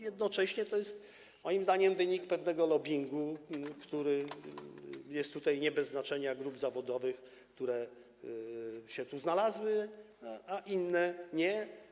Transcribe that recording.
Jednocześnie to jest moim zdaniem wynik pewnego lobbingu, który jest tutaj nie bez znaczenia, grup zawodowych, które się tu znalazły - a inne nie.